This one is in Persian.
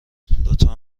لطفا